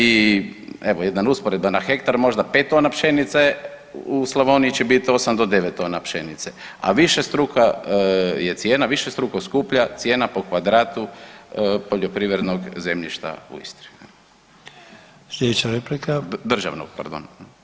I evo jedna usporedba na hektar možda 5 tona pšenice, u Slavoniji će bit 8 do 9 tona pšenice, a višestruka je cijena višestruko skuplja cijena po kvadratu poljoprivrednog zemljišta u Istri, državnog pardon.